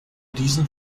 diesen